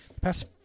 Past